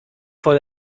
voll